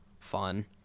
fun